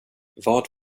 vad